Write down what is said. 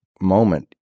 moment